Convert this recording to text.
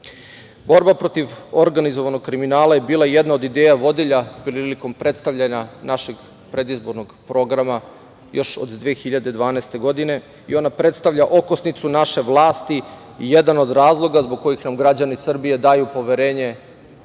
protiv organizovanog kriminala je bila jedna od ideja vodilja prilikom predstavljanja našeg predizbornog programa još od 2012. godine i ona predstavlja okosnicu naše vlasti i jedan od razloga zbog kojih nam građani Srbije daju poverenje